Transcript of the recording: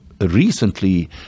recently